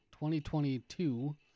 2022